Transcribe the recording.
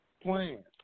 plan